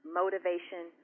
motivation